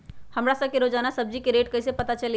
हमरा सब के रोजान सब्जी के रेट कईसे पता चली?